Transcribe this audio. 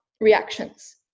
reactions